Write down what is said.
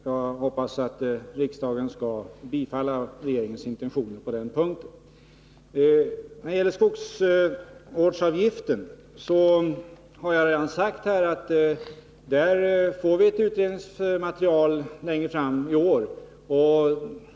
Jag hoppas att riksdagen skall ställa sig bakom regeringens intentioner i det avseendet. När det gäller skogsvårdsavgiften får vi ett utredningsmaterial senare i år.